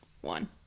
one